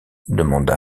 demanda